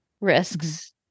Risks